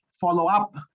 follow-up